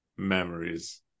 memories